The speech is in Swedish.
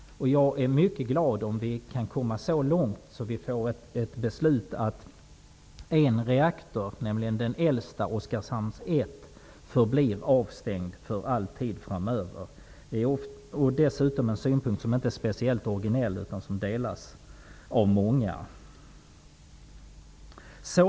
Jag är mycket glad om vi kan komma så långt att vi får ett beslut om att en reaktor, nämligen den äldsta, Det är dessutom en synpunkt som inte är speciellt originell, utan som delas av många.